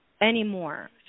anymore